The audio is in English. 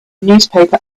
newspaper